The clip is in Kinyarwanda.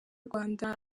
rwanda